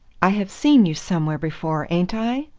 i have seen you somewhere before, ain't i?